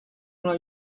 una